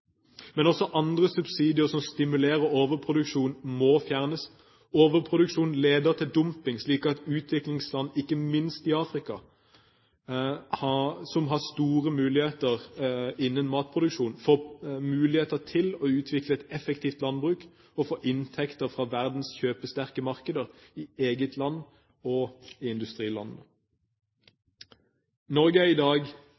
Men også andre subsidier som stimulerer overproduksjon, må fjernes – verproduksjon leder til dumping – slik at utviklingsland, ikke minst i Afrika, som har store muligheter innen matproduksjon, får mulighet til å utvikle et effektivt landbruk og få inntekter fra verdens kjøpesterke markeder i eget land og i